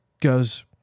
goes